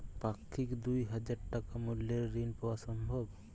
পাক্ষিক দুই হাজার টাকা মূল্যের ঋণ পাওয়া সম্ভব?